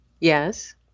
Yes